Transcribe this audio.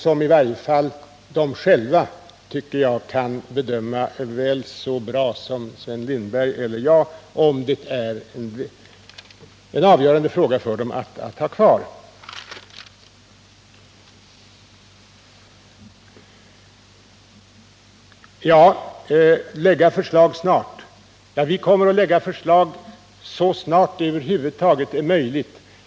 Skogsägarna själva, anser jag, kan lika bra som Sven Lindberg och jag bedöma hur frågan bör avgöras. Vi kommer att lägga fram ett förslag så snart som det över huvud taget är möjligt.